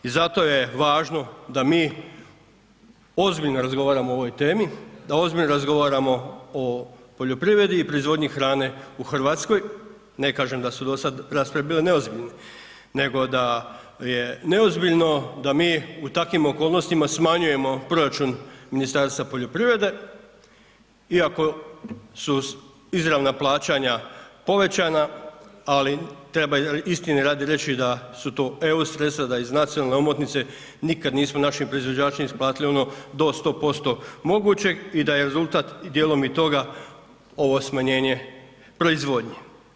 I zato je važno da mi ozbiljno razgovaramo o ovoj temi, da ozbiljno razgovaramo o poljoprivredi i proizvodnji hrane u Hrvatskoj, ne kažem da su do sad rasprave bile neozbiljne, nego da je neozbiljno da mi u takvim okolnostima smanjujemo proračun Ministarstva poljoprivrede, iako su izravna plaćanja povećana, ali treba istini radi reći da su to EU sredstva, da iz Nacionalne omotnice nikad nismo našim proizvođačima isplatili ono do 100% mogućeg, i da je rezultat dijelom i toga ovo smanjenje proizvodnje.